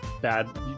bad